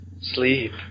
Sleep